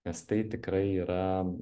nes tai tikrai yra